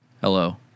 Hello